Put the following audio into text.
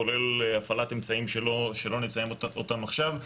כולל הפעלת אמצעים שלא נציין אותם עכשיו.